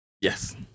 Yes